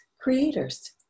creators